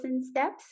steps